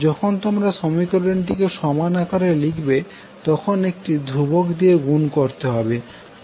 যখন তোমরা সমীকরণটি কে সমান আকারের লিখবে তখন একটি ধ্রুবক দিয়ে গুণ করতে হবে